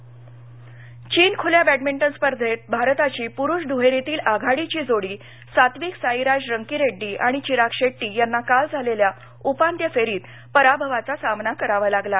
badminton चीन खुल्या badminton स्पर्धेत भारताची पुरुष दुहेरीतील आघाडीची जोडी सात्विकसाईराज रंकीरेड्डी आणि चिराग शेट्टी यांना काल झालेल्या उपांत्य फेरीत पराभवाचा सामना करावा लागला